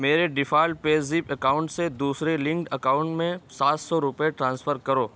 میرے default PayZapp account سے دوسرے لنکڈ اکاؤنٹ میں سات سو روپے ٹرانسفر کرو